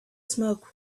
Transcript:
smoke